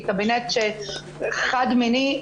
כקבינט חד מיני,